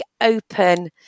open